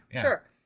Sure